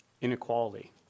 inequality